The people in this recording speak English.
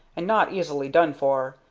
and not easily done for,